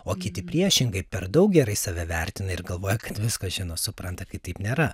o kiti priešingai per daug gerai save vertina ir galvoja kad viską žino supranta kad taip nėra